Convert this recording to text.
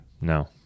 No